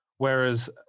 whereas